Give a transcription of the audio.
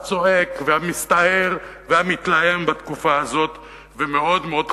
הצועק והמסתער והמתלהם בתקופה הזאת ומאוד מאוד חשוך.